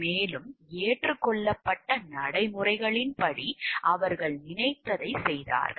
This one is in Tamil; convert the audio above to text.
மேலும் ஏற்றுக்கொள்ளப்பட்ட நடைமுறைகளின்படி அவர்கள் நினைத்ததைச் செய்தார்கள்